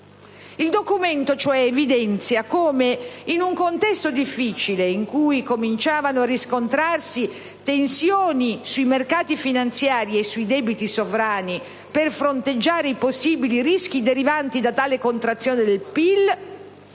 Il documento, cioè, evidenzia come, in un contesto difficile in cui cominciavano a riscontrarsi tensioni sui mercati finanziari e sui debiti sovrani, per fronteggiare i possibili rischi derivanti da tale contrazione del PIL,